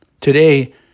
Today